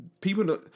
People